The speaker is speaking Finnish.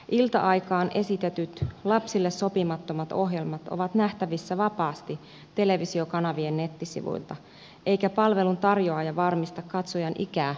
ilta aikaan esitetyt lapsille sopimattomat ohjelmat ovat nähtävissä vapaasti televisiokanavien nettisivuilta eikä palveluntarjoaja varmista katsojan ikää millään tavalla